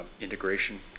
integration